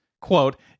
quote